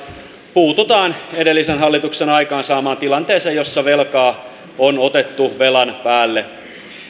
puututaan edellisen hallituksen aikaansaamaan tilanteeseen jossa velkaa on otettu velan päälle